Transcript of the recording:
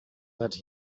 that